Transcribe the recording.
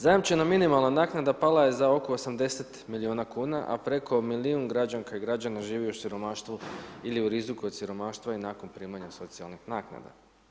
Zajamčena minimalna naknada pala je za oko 80 milijuna kuna, a preko milijun građanka i građana žive u siromaštvu ili u riziku od siromaštva i nakon primanja socijalnih naknada.